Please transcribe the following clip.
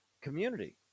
community